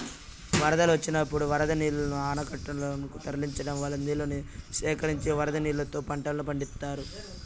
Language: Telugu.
వరదలు వచ్చినప్పుడు వరద నీళ్ళను ఆనకట్టలనకు తరలించడం వల్ల నీళ్ళను సేకరించి వరద నీళ్ళతో పంటలను పండిత్తారు